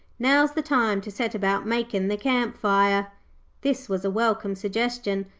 now's the time to set about makin' the camp fire this was a welcome suggestion,